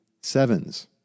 sevens